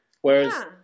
Whereas